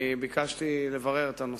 אני ביקשתי לברר את הנושא.